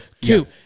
Two